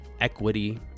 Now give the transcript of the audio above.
equity